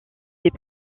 des